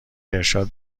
ارشاد